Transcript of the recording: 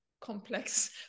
complex